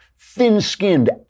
thin-skinned